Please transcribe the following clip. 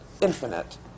infinite